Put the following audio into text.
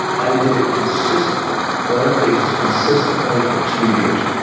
i did it consistently brain phases consistently for two years,